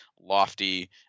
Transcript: lofty